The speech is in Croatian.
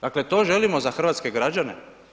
Dakle to želimo za hrvatske građane?